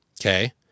Okay